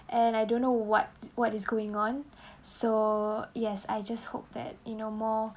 and I don't know what is what is going on so yes I just hope that you know more